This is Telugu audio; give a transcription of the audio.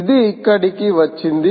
ఇది ఇక్కడికి వచ్చింది